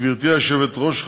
גברתי היושבת-ראש,